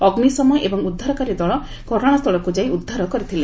ଅଗ୍ନିଶମ ଏବଂ ଉଦ୍ଧାରକାରୀ ଦଳ ଘଟଣା ସ୍ଥଳକୁ ଯାଇ ଉଦ୍ଧାର କରିଥିଲେ